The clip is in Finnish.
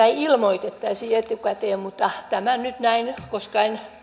ei ilmoitettaisi etukäteen mutta tämä nyt näin koska en